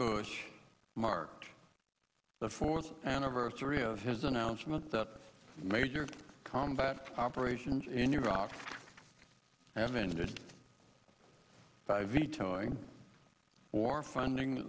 bush mark the fourth anniversary of his announcement that major combat operations in iraq have ended by vetoing war funding